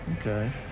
okay